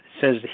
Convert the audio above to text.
says